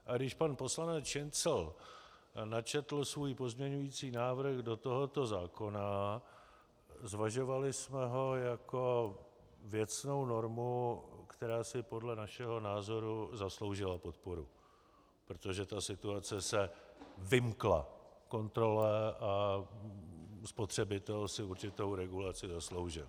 A když pan poslanec Šincl načetl svůj pozměňující návrh do tohoto zákona, zvažovali jsme ho jako věcnou normu, která si podle našeho názoru zasloužila podporu, protože ta situace se vymkla kontrole a spotřebitel si určitou regulaci zasloužil.